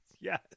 yes